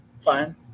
fine